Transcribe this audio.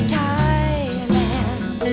Thailand